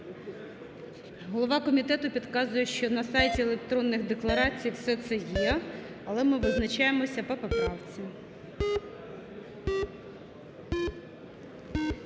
Голова комітету підказує, що на сайті електронних декларацій все це є. Але ми визначаємось по поправці.